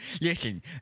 Listen